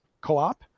co-op